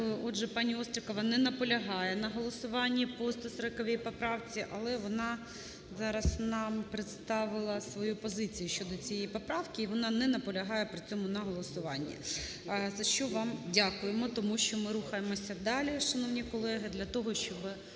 Отже, пані Острікова не наполягає на голосуванні по 140 поправці. Але вона зараз нам представила свою позицію щодо цієї поправки і вона не наполягає при цьому на голосуванні. За що вам дякуємо. Тому що ми рухаємося далі, шановні колеги, для того, щоб